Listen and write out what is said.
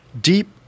Deep